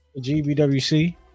gbwc